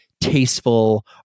tasteful